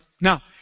Now